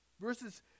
Verses